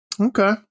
Okay